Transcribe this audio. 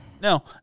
No